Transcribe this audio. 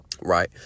right